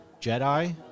Jedi